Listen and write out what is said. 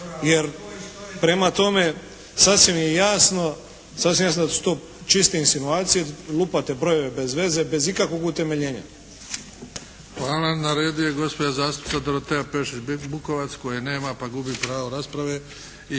Jer, prema tome sasvim je jasno da su to čiste insinuacije, lupate brojeve bez veze, bez ikakvog utemeljenja. **Bebić, Luka (HDZ)** Hvala. Na redu je gospođa zastupnica Dorotea Pešić-Bukovac koje nema pa gubi pravo rasprave.